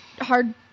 hard